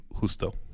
Justo